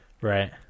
Right